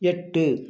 எட்டு